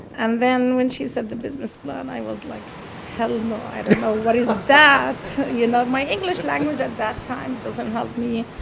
and when she said the business plan i was like, hell no. i don't know what is that? you know my english language at that time doesn't help me.